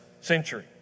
century